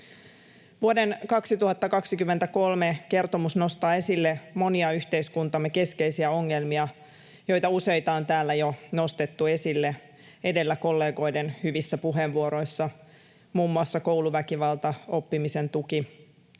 Vuoden 2023 kertomus nostaa esille monia yhteiskuntamme keskeisiä ongelmia, joita useita on täällä jo edellä nostettu esille kollegoiden hyvissä puheenvuoroissa: muun muassa kouluväkivalta, oppimisen tuki